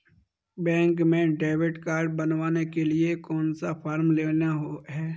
Bank में debit card बनवाने के लिए कौन सा फॉर्म लेना है?